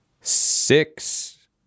Six